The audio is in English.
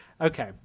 Okay